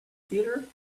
theatre